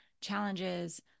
challenges